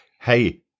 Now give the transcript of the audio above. hey